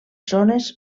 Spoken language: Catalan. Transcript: zones